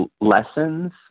lessons